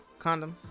condoms